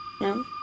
no